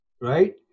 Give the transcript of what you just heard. right